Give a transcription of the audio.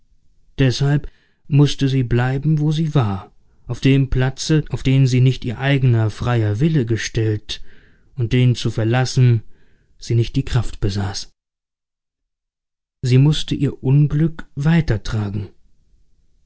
deshalb mußte sie bleiben wo sie war auf dem platze auf den sie ihr eigener freier wille gestellt und den zu verlassen sie nicht die kraft besaß sie mußte ihr unglück weitertragen